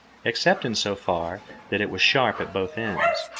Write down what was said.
except in so far that it was sharp at both ends.